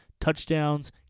touchdowns